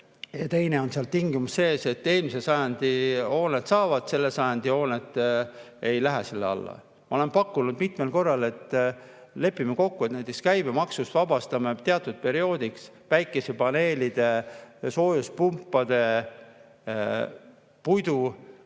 Teiseks on seal tingimus, et eelmise sajandi hooned saavad, selle sajandi hooned ei lähe selle alla. Ma olen pakkunud mitmel korral, et lepime kokku, et näiteks käibemaksust vabastame teatud perioodiks päikesepaneelide, soojuspumpade,